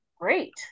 great